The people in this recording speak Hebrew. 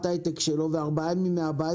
ההייטק שלו וארבעה ימים הוא עובד מהבית,